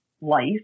life